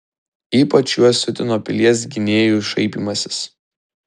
ypač juos siutino pilies gynėjų šaipymasis